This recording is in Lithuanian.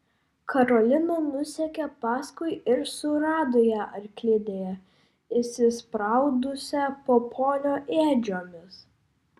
karolina nusekė paskui ir surado ją arklidėje įsispraudusią po ponio ėdžiomis